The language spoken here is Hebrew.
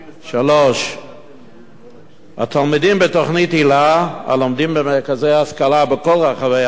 3. התלמידים בתוכנית היל"ה הלומדים במרכזי השכלה בכל רחבי הארץ